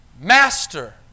Master